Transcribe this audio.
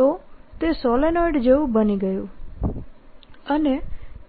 તો તે સોલેનોઇડ જેવું બની ગયું અને